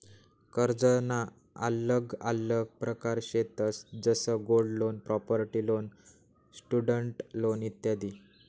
कर्जना आल्लग आल्लग प्रकार शेतंस जसं gold loan, property loan, student loan इत्यादी